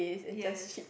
yes